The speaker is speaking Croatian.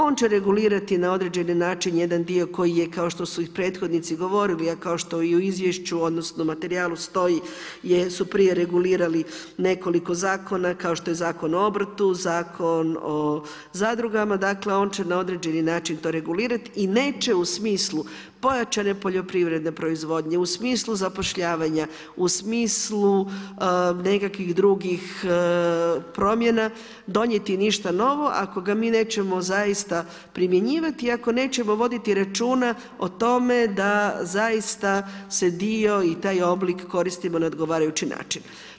On će regulirati na određeni način jedan dio koji je kao što su i prethodnici govorili, a kao što u izvješću odnosno, materijalu stoji, jesu prije regulirali nekoliko zakona, kao što je Zakon o obrtu, Zakon o zadrugama, dakle, on će na određeni način to regulirati i neće u smislu pojačane poljoprivredne proizvodnje, u smislu zapošljavanja, u smislu nekakvih drugih promjena, donijeti ništa novo, ako ga mi nećemo zaista primjenjivati i ako nećemo voditi računa o tome da zaista se dio i taj oblik koristimo na odgovarajući način.